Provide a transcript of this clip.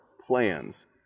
plans